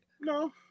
no